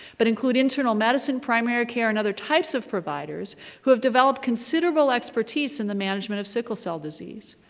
but include internal medicine, primary care, and other types of providers who have developed considerable expertise in the management of sickle cell disease.